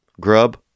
Grub